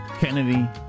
Kennedy